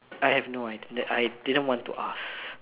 I have no idea I didn't want to ask